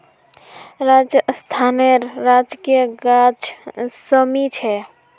राजस्थानेर राजकीय गाछ शमी छे